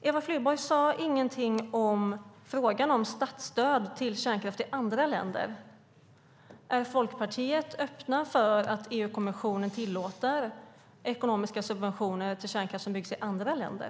Eva Flyborg sade ingenting om frågan om statsstöd till kärnkraft i andra länder. Är Folkpartiet öppet för att EU-kommissionen ska tillåta ekonomiska subventioner till kärnkraft som byggs i andra länder?